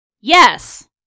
Yes